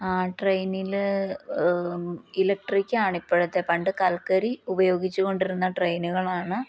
ആ ട്രെയിനിൽ ഇലക്ട്രിക്കാണ് ഇപ്പോഴത്തെ പണ്ട് കൽക്കരി ഉപയോഗിച്ച് കൊണ്ടിരുന്ന ട്രെയിനുകളാണ്